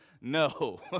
no